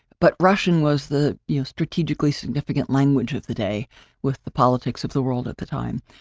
but russian was the, you know, strategically significant language of the day with the politics of the world at the time.